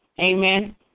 Amen